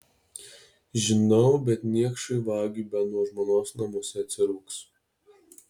žinau bet niekšui vagiui bent nuo žmonos namuose atsirūgs